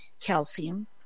calcium